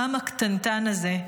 העם הקטנטן הזה,